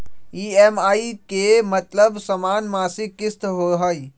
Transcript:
EMI के मतलब समान मासिक किस्त होहई?